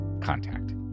contact